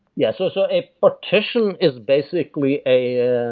yeah so so a partition is basically a a